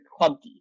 clunky